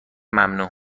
ممنوع